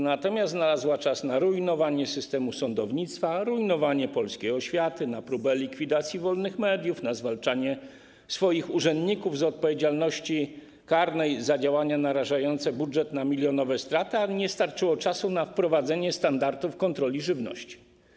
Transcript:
Natomiast znalazła czas na rujnowanie systemu sądownictwa, rujnowanie polskiej oświaty, na próbę likwidacji wolnych mediów, na zwalnianie swoich urzędników z odpowiedzialności karnej za działania narażające budżet na milionowe straty, a nie starczyło czasu na wprowadzenie standardów kontroli żywności.